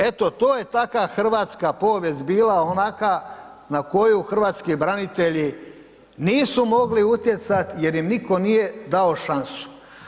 Eto to je takva Hrvatska povijest bila, onakva na koju hrvatski branitelji nisu mogli utjecati jer im nitko nije dao šansu.